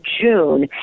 June